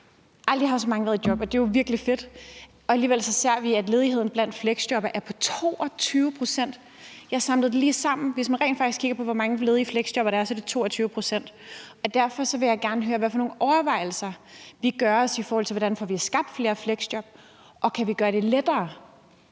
Aldrig har så mange været i job, og det er jo virkelig fedt, og alligevel ser vi, at ledigheden blandt fleksjobbere er på 22 pct. Jeg samlede det lige sammen. Hvis man rent faktisk kigger på, hvor mange ledige fleksjobbere der er, er det 22 pct. Derfor vil jeg gerne høre, hvad for nogle overvejelser vi gør os om, hvordan vi får skabt flere fleksjob. Og kan vi gøre det lettere